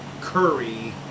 Curry